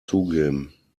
zugeben